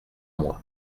moi